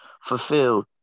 fulfilled